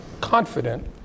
confident